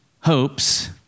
hopes